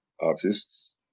artists